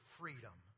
freedom